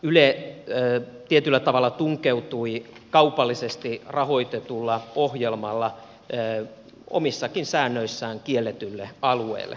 yle tietyllä tavalla tunkeutui kaupallisesti rahoitetulla ohjelmalla omissakin säännöissään kielletylle alueelle